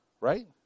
right